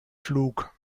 flug